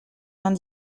vingt